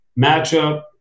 matchup